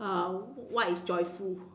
uh what is joyful